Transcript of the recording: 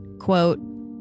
quote